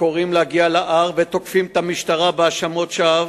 הקוראים להגיע להר ותוקפים את המשטרה בהאשמות שווא,